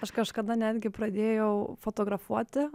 aš kažkada netgi pradėjau fotografuoti